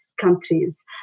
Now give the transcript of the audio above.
countries